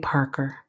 Parker